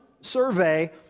survey